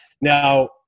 Now